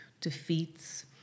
defeats